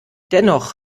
dennoch